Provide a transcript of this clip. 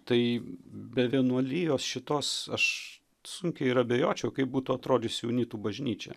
tai be vienuolijos šitos aš sunkiai ir abejočiau kaip būtų atrodžiusi unitų bažnyčia